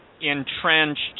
entrenched